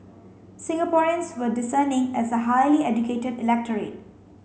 Singaporeans were discerning as a highly educated electorate